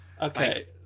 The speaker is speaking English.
okay